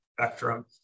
spectrum